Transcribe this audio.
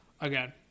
again